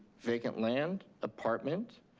vacant land, apartment,